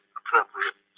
appropriate